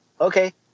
okay